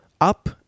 up